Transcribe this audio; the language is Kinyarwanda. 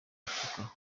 afurika